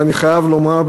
ואני חייב לומר,